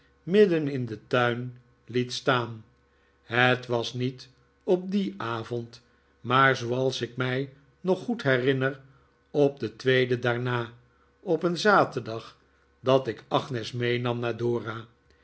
midden in den tuin liet staan het was niet op dien avond maar zooals ik mij nog goed herinner op den tweeden daarna op een zaterdag dat ik agnes meenam naar dora